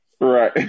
Right